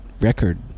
record